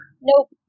Nope